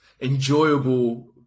enjoyable